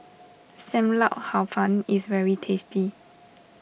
Sam Lau Hor Fun is very tasty